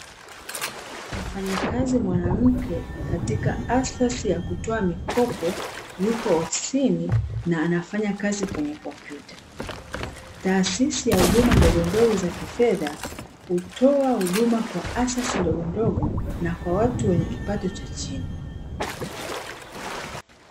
Mfanyakazi mwanamke katika asasi ya kutoa mikopo, yuko ofisini na anafanya kazi kwenye kompyuta. Taasisi ya huduma ndogondogo za kifedha hutoa huduma kwa asasi ndogondogo na kwa watu wenye kipato cha chini.